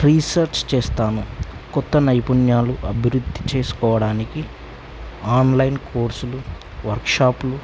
research చేస్తాను కొత్త నైపుణ్యాలు అభివృద్ధి చేసుకోవడానికి ఆన్లైన్ కోర్సులు వర్క్షాప్లు